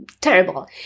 terrible